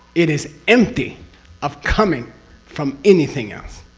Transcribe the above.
it is empty of coming from anything else!